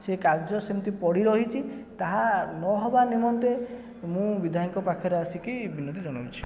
ସେ କାର୍ଯ୍ୟ ସେମିତି ପଡ଼ିରହିଛି ତାହା ନ ହେବା ନିମନ୍ତେ ମୁଁ ବିଧାୟକଙ୍କ ପାଖରେ ଆସିକି ବିନତି ଜଣଉଛି